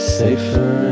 safer